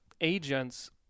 agents